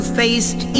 faced